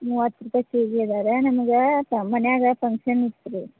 ಮೂವತ್ತು ರೂಪಾಯಿ K G ಅದಾರೆ ನಮಗೆ ತ ಮನ್ಯಾಗೆ ಫಂಕ್ಷನ್ ಇತ್ತು ರೀ